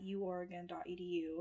uoregon.edu